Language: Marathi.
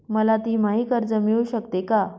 मला तिमाही कर्ज मिळू शकते का?